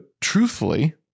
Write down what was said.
truthfully